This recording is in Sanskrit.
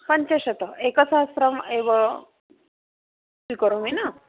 पञ्चशतम् एकसहस्रम् एव स्वीकरोमि न